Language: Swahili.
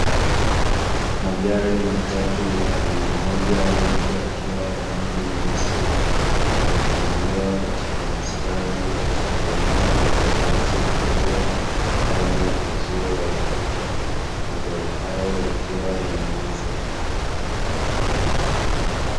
Magari matu ya aina moja yote yakiwa ya rangi nyeusi, yamepangiliwa katika mstari katika eneo lenye uwazi mkubwa ndani ya uzio wa ukuta, magari hayo yakiwa yanauzwa.